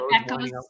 echoes